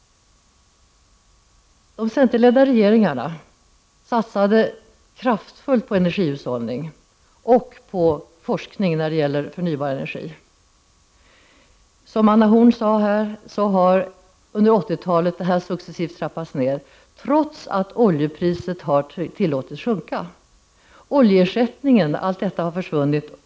De centerledda regeringarna satsade kraftfullt på energihushållning och på forskning om förnybar energi. Som Anna Horn af Rantzien här sade, har den satsningen under 1980-talet successivt trappats ned, trots att oljepriset har tillåtits sjunka. Planerna på att ersätta oljan har försvunnit.